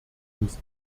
muss